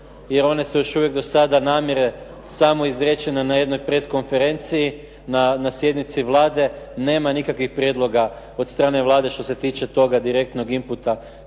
jer one su još uvijek do sada namjere samo izrečene na jednoj press konferenciji, na sjednici Vlade nema nikakvih prijedloga od strane Vlade što se tiče toga direktnog inputa